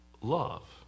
love